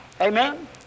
Amen